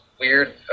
weird